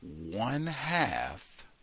one-half